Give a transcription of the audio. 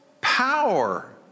power